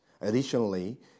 Additionally